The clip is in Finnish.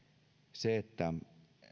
se että